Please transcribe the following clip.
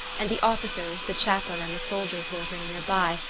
and the officers, the chaplain, and the soldiers loitering near by,